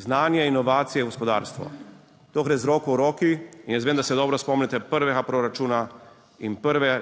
znanje, inovacije, gospodarstvo. To gre z roko v roki in jaz vem, da se dobro spomnite prvega proračuna in prve